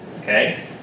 Okay